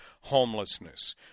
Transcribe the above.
homelessness